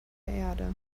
erde